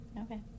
Okay